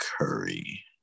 Curry